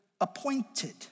appointed